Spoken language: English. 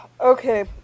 okay